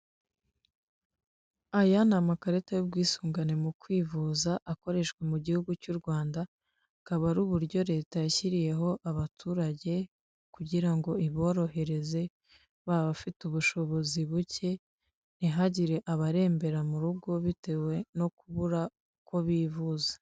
Aya ni amakarita y'ubwisungane mu kwivuza akoreshwa mu gihugu cy'u Rwanda, akaba ari uburyo leta yashyiriyeho abaturage kugirango iborohereze baba abafite ubushobozi buke ntihagire abarembera mu rugo bitewe no kubura uko bivuza.